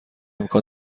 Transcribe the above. امکان